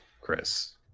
Chris